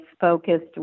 focused